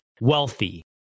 wealthy